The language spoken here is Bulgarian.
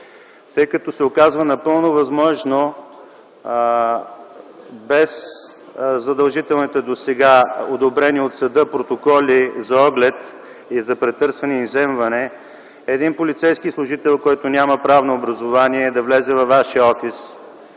Оказва се напълно възможно без задължителните досега одобрени от съда протоколи за оглед и за претърсване и изземване един полицейски служител, който няма правно образование, да влезе във вашия офис